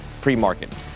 pre-market